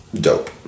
dope